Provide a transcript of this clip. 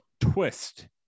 twist